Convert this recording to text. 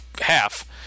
half